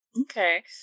Okay